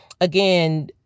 again